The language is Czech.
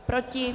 Proti?